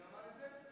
מי אמר את זה?